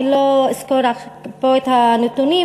אני לא אסקור פה את הנתונים,